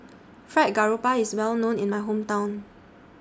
Fried Garoupa IS Well known in My Hometown